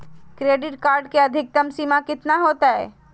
Credit card के अधिकतम सीमा कितना होते?